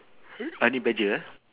honey badger lah